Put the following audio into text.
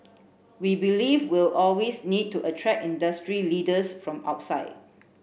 we believe we'll always need to attract industry leaders from outside